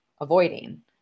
avoiding